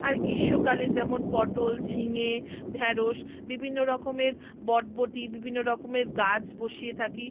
আর গ্রীষ্মকালে যেমন পটল ঝিঙে ঢ্যাঁড়স বিভিন্ন রকমের বরবটি বিভিন্ন রকমের গাছ বসিয়ে থাকি